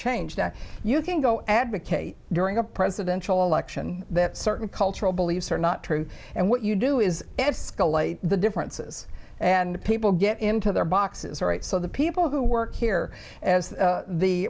change that you can go advocate during a presidential election that certain cultural beliefs are not true and what you do is escalate the differences and people get into their boxes all right so the people who work here as